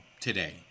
today